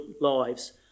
lives